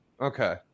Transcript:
okay